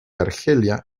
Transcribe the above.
argelia